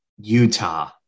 Utah